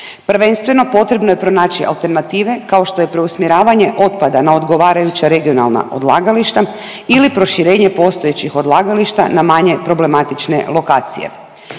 Prvenstveno potrebno je pronaći alternative kao što je preusmjeravanje otpada na odgovarajuća regionalna odlagališta ili proširenje postojećih odlagališta na manje problematične lokacije.